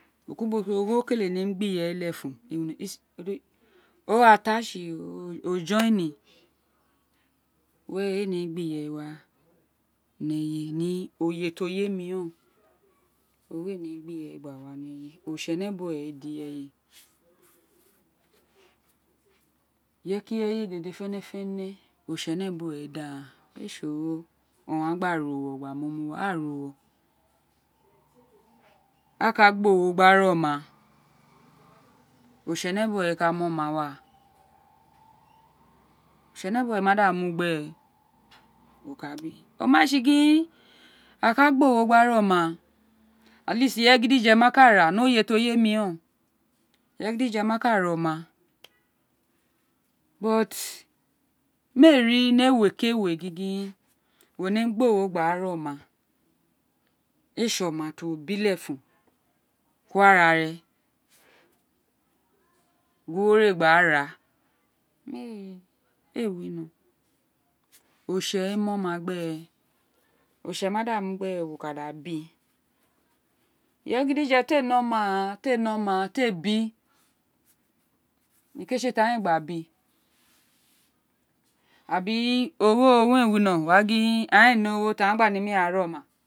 Ubó kuubo tr ógho kete gbi ireye lefun were éè ne mi gbi ireye wa ni éyè ni oye ti õ ye mí ren o ogho éè nemi gbí ireye wa gba wa ni eye oritsenebume owun mé da ireyi ireye ke ireye ded fefe fene ọritse̱nẹbumẹ owun re da agnen éè tsi oghó owun a gba ra uwo̱gba mumu wa a ra uwo gka gbi ogho gba ra ọma oritsenabune owun re ka mí ka mí oma wáà oritsene bu we oada mu gbere wo kabí omma tsí gin a ka gba ogho gba ra oma ireye grdije ma ka ra ni oxe to ye mí réèn o ireye gidye ma ka ra oma mí éè rí ní eme ki éè we gingin wo nemi gbi ogho gba ra oma éè tsi oma ti uwo bí lefun ku arare gin wo ré gba ra éè wino̱ oritse ouun re gba ra éè wino oritse owun ré mí oma gbere ọritse ma da mu gbere wo kạ da bi ireye grdije tí a ní oma ghaan tí a nõ oma ti a ní oma tr a bí niko owun re tse tí ạ ghaan a bí tabí ogho owen re wino taba a̱gháàn ạ ní ogho gba nemi ọre gba ra o̱ma.